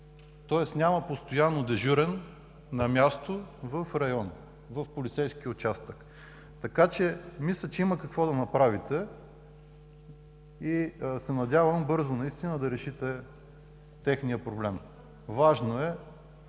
тоест няма постоянно дежурен на място в района, в полицейския участък. Мисля, че има какво да направите и се надявам бързо да решите техния проблем. Важно е,